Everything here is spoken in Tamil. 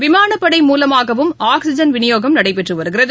விமானப்படை மூலமாகவும் ஆக்ஸிஜன் விநியோகம் நடைபெற்று வருகிறது